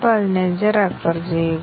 ഞങ്ങൾ അത് എങ്ങനെ ചെയ്യും